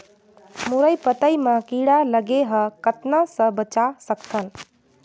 मुरई पतई म कीड़ा लगे ह कतना स बचा सकथन?